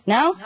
Now